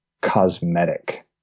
cosmetic